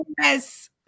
yes